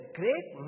great